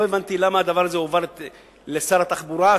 לא הבנתי למה הדבר הזה הועבר לשר התחבורה,